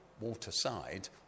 Waterside